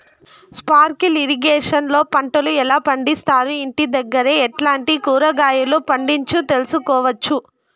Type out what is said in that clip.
Sprinkle irrigation లో పంటలు ఎలా పండిస్తారు, ఇంటి దగ్గరే ఎట్లాంటి కూరగాయలు పండించు తెలుసుకోవచ్చు?